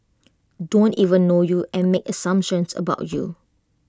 don't even know you and make assumptions about you